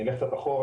אם נלך קצת אחורה,